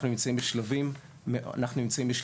אנחנו נמצאים בשלבים מתקדמים.